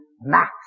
max